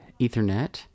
Ethernet